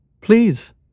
please